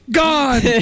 gone